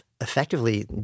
effectively